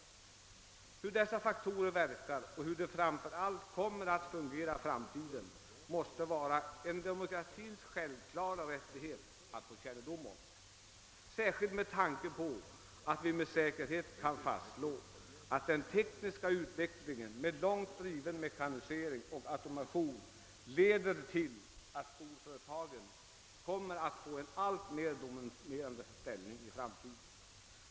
Hur dessa faktorer verkar och hur de framför allt kommer att fungera i framtiden måste vara en demokratins självklara rättighet att få kännedom om, särskilt med tanke på att vi med säkerhet kan fastslå att den tekniska utvecklingen med långt driven mekanisering och automation leder till att storföretagen kommer att få en alltmer dominerande ställning i framtiden.